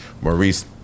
Maurice